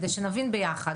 כדי שנבין ביחד,